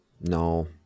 No